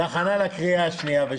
בהכנה לקריאה השנייה והשלישית.